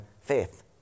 faith